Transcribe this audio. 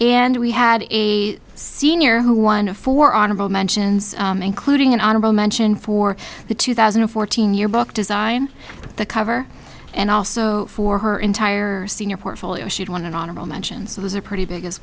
and we had a senior who won for honorable mentions including an honorable mention for the two thousand and fourteen year book design the cover and also for her entire senior portfolio she'd won an honorable mentions it was a pretty big as